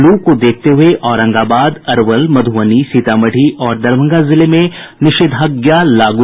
लू को देखते हुए औरंगाबाद अरवल मधुबनी सीतामढ़ी और दरभंगा जिले में निषेधाज्ञा लागू